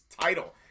title